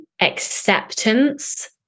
acceptance